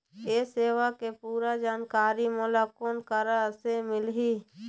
ये सेवा के पूरा जानकारी मोला कोन करा से मिलही?